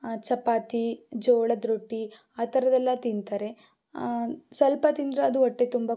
ಚಪಾತಿ ಜೋಳದ ರೊಟ್ಟಿ ಆ ಥರದೆಲ್ಲ ತಿಂತಾರೆ ಸ್ವಲ್ಪ ತಿಂದರೆ ಅದು ಹೊಟ್ಟೆ ತುಂಬ